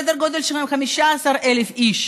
סדר גודל של 15,000 איש